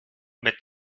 mit